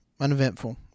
uneventful